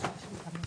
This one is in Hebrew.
בבקשה.